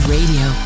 Radio